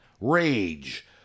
Rage